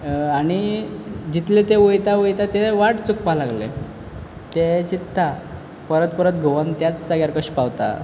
आनी जितले ते वयता वयता ते वाट चुकपा लागले ते चिंतता परत परत घुंवोन त्याच जाग्यार कशें पावता